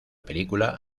película